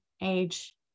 age